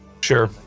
Sure